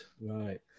right